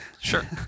Sure